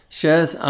shares